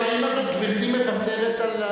האם גברתי מוותרת?